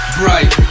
bright